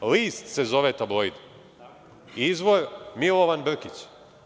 List se zove „Tabloid“, izvor Milovan Brkić.